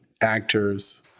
actors